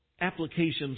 applications